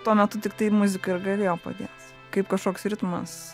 tuo metu tiktai muzika ir galėjo padėt kaip kažkoks ritmas